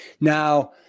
now